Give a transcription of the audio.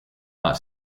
not